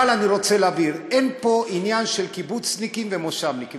אבל אני רוצה להבהיר: אין פה עניין של קיבוצניקים ומושבניקים,